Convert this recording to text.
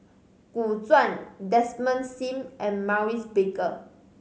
Gu Zuan Desmond Sim and Maurice Baker